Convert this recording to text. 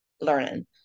learning